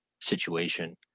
situation